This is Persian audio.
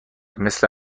مثل